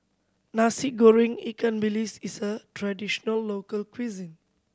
Nasi Goreng ikan bilis is a traditional local cuisine